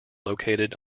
located